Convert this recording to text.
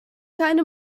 keine